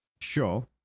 Sure